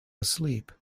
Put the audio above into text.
asleep